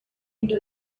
into